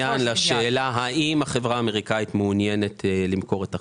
שאלתם אם החברה האמריקנית מעוניינת למכור את החברה.